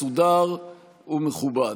מסודר ומכובד.